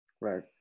Right